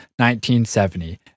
1970